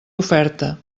oferta